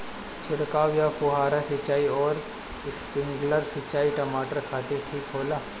छिड़काव या फुहारा सिंचाई आउर स्प्रिंकलर सिंचाई टमाटर खातिर ठीक होला?